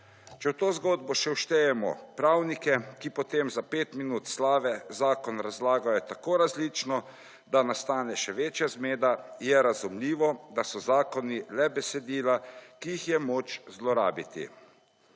Če v to zgodbo še uštejemo pravnike, ki potem za 5 minut slave zakon razlagajo tako različno, da nastane še večja zmeda je razumljivo, da so zakoni le besedila, ki jih je moč zlorabiti.